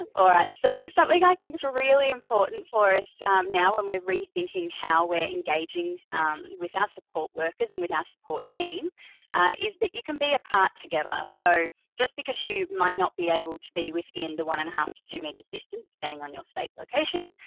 ah alright, so something i think is really important for us now. and we're rethinking how we're engaging with our support workers and with our support team is that you can be apart together. so just because you might not be able to be within the one and a half to two meters distance depending on your state location,